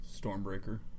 Stormbreaker